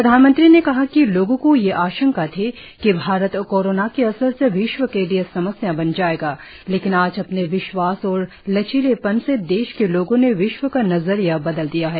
प्रधानमंत्री ने कहा कि लोगों को यह आशंका थी कि भारत कोरोना के असर से विश्व के लिए समस्या बन जाएगा लेकिन आज अपने विश्वास और लचीलेपन से देश के लोगों ने विश्व का नजरिया बदल दिया है